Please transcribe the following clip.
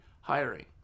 hiring